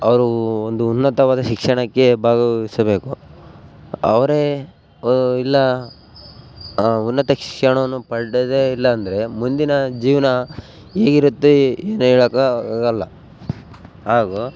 ಅವರೂ ಒಂದು ಉನ್ನತವಾದ ಶಿಕ್ಷಣಕ್ಕೆ ಭಾಗವಹಿಸಬೇಕು ಅವರೇ ಇಲ್ಲ ಉನ್ನತ ಶಿಕ್ಷಣವನ್ನು ಪಡೆಯೋದೆ ಇಲ್ಲ ಅಂದರೆ ಮುಂದಿನ ಜೀವನ ಹೇಗಿರುತ್ತೆ ಏನು ಹೇಳೋಕೆ ಆಗೋಲ್ಲ ಹಾಗು